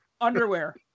underwear